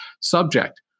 subject